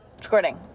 squirting